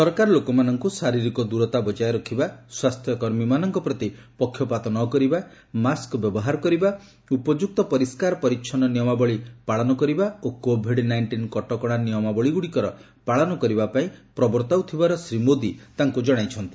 ସରକାର ଲୋକମାନଙ୍କୁ ଶାରୀରିକ ଦୂରତା ବକାୟ ରଖିବା ସ୍ୱାସ୍ଥ୍ୟକର୍ମୀମାନଙ୍କ ପ୍ରତି ପ୍ରକ୍ଷପାତ ନ କରିବା ମାସ୍କ ବ୍ୟବହାର କରିବା ଉପଯୁକ୍ତ ପରିଷ୍କାର ପରିଚ୍ଛନ୍ନ ନିୟମାବଳୀ ପାଳନ କରିବା ଓ କୋଭିଡ୍ ନାଇଷ୍ଟିନ୍ କଟକଶା ନିୟମାବଳୀଗୁଡ଼ିକର ପାଳନ କରିବା ପାଇଁ ପ୍ରବର୍ତ୍ତାଉଥିବାର ଶ୍ରୀ ମୋଦି ତାଙ୍କୁ ଜଣାଇଛନ୍ତି